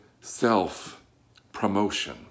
self-promotion